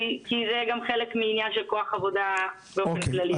כי זה גם חלק מעניין של כוח עבודה באופן כללי.